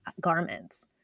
garments